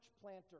planter